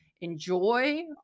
enjoy